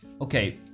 Okay